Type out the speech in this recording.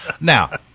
Now